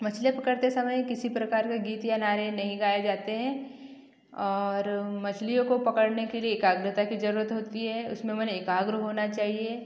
मछलियाँ पकड़ते समय किसी प्रकार का गीत या नारे नहीं गाए जाते हैं और मछलियों को पकड़ने के लिए एकाग्रता कि जरूरत होती है उसमें मन एकाग्र होना चाहिए